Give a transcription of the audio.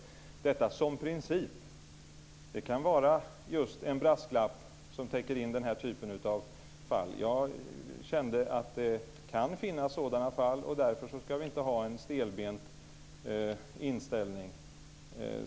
Orden "som princip" kan fungera som en brasklapp som täcker in den här typen av fall. Vi har känt att det kan finnas sådana fall, och vi ska därför inte ha en stelbent inställning.